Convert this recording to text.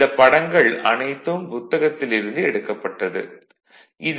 இந்தப் படங்கள் அனைத்தும் புத்தகத்தில் இருந்து எடுக்கப்பட்டது ஆகும்